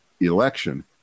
election